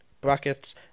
Brackets